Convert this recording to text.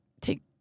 take